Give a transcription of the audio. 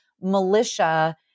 militia